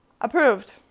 Approved